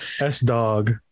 S-Dog